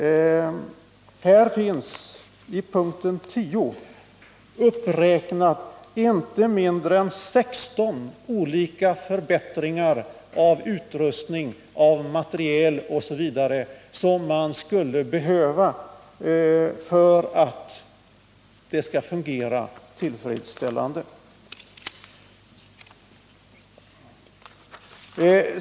Här finns under punkten 10 uppräknat inte mindre än 16 olika förbättringar av utrustning, materiel osv. som man skulle behöva för att det skall fungera tillfredsställande.